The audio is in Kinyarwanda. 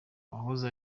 uwahoze